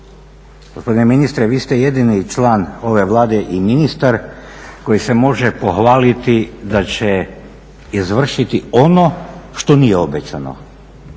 gospodine ministre vi ste jedini član ove Vlade i ministar koji se može pohvaliti da će izvršiti ono što nije obećano